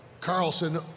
Carlson